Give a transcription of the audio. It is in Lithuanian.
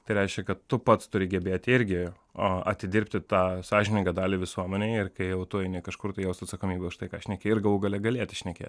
tai reiškia kad tu pats turi gebėti irgi a atidirbti tą sąžiningą dalį visuomenėje ir kai jau tu eini kažkurtai jausti atsakomybę už tai ką šneki ir galų gale galėti šnekėti